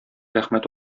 рәхмәт